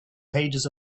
pages